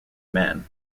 mann